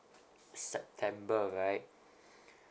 september right